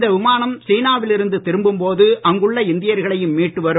இந்த விமானம் சீனாவில் இருந்து திரும்பும் போது அங்குள்ள இந்தியர்களையும் மீட்டு வரும்